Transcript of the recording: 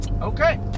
Okay